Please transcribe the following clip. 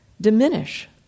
diminish